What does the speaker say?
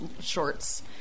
shorts